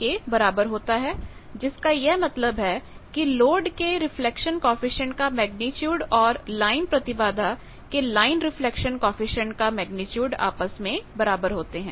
के बराबर होता है जिसका यह मतलब है की लोड के रिफ्लेक्शन कॉएफिशिएंट का मेग्नीट्यूड और लाइन प्रतिबाधा के लाइन रिफ्लेक्शन कॉएफिशिएंट का मेग्नीट्यूड आपस में बराबर होते हैं